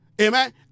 Amen